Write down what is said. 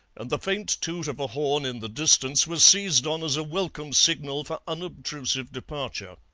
and the faint toot of a horn in the distance was seized on as a welcome signal for unobtrusive departure.